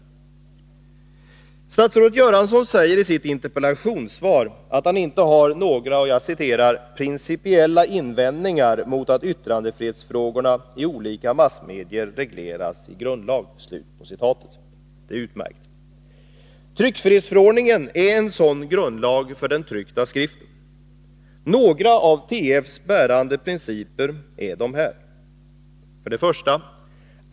Statsrådet Göransson säger i sitt interpellationssvar att han inte har några ”principiella invändningar mot att yttrandefrihetsfrågorna i olika massmedier regleras i grundlag”. Det är utmärkt. Tryckfrihetsförordningen är en sådan grundlag för den tryckta skriften. Några av TF:s bärande principer är dessa: 1.